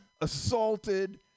assaulted